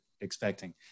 expecting